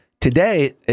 today